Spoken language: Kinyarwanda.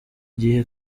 gihe